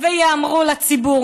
וייאמרו לציבור.